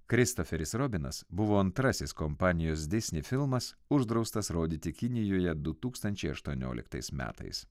kristoferis robinas buvo antrasis kompanijos disnej filmas uždraustas rodyti kinijoje du tūkstančiai aštuonioliktais metais